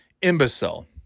imbecile